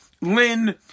Lynn